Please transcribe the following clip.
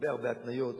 הרבה הרבה התניות,